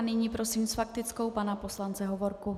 Nyní prosím s faktickou pana poslance Hovorku.